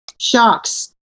shocks